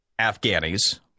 Afghanis